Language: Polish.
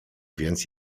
więc